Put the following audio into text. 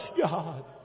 God